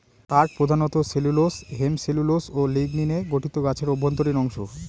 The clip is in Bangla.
কাঠ প্রধানত সেলুলোস হেমিসেলুলোস ও লিগনিনে গঠিত গাছের অভ্যন্তরীণ অংশ